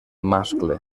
mascle